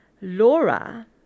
Laura